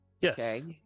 Yes